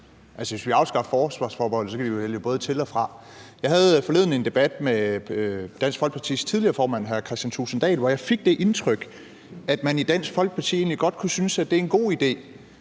Altså, hvis vi afskaffer forsvarsforbeholdet, kan vi jo vælge både til og fra. Jeg havde forleden en debat med Dansk Folkepartis tidligere formand hr. Kristian Thulesen Dahl, hvor jeg fik det indtryk, at man i Dansk Folkeparti egentlig godt kunne synes, at det er en god idé